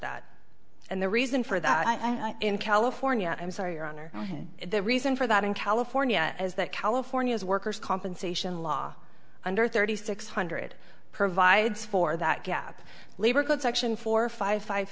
that and the reason for that i'm in california i'm sorry your honor the reason for that in california is that california has worker's compensation law under thirty six hundred provides for that gap labor code section four five five